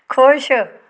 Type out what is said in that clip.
ਖੁਸ਼